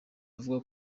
avuga